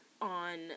on